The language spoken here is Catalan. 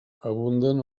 abunden